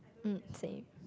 mm same